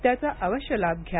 त्याचा आवश्य लाभ घ्या